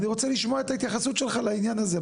אני רוצה לשמוע את ההתייחסות שלך לעניין הזה,